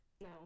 no